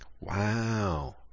Wow